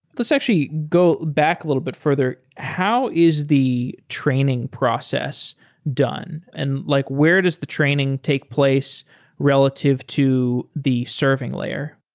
let's actually go back a little bit further. how is the training process done, and like where does the training take place relative to the serving layer?